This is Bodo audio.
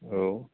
औ